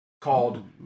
called